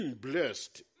blessed